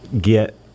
get